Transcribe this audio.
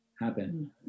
Happen